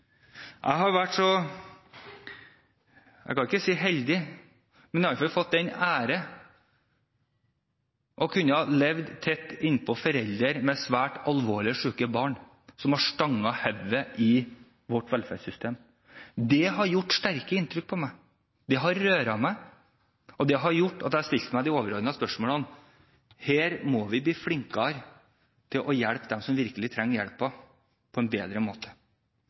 Jeg kan ikke si jeg har vært heldig, men jeg har iallfall hatt den ære å kunne leve tett innpå foreldre med alvorlig syke barn, foreldre som har stanget hodet i vårt velferdssystem. Det har gjort sterkt inntrykk på meg. Det har rørt meg, og det har gjort at jeg har stilt meg de overordnede spørsmålene. Vi må bli flinkere til å hjelpe dem som virkelig trenger hjelpen, på en bedre måte.